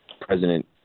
president